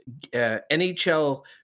NHL